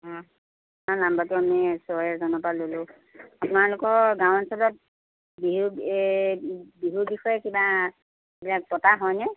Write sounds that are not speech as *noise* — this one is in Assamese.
অঁ *unintelligible* নাম্বাৰটো আমি ওচৰৰে এজনৰ পৰা ল'লোঁ আপোনালোকৰ গাঁও অঞ্চলত বিহু এই বিহুৰ বিষয়ে কিবা পতা হয়নে